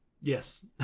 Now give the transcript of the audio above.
Yes